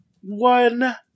one